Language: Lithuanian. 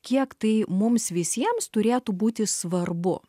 kiek tai mums visiems turėtų būti svarbu